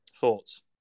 Thoughts